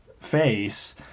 face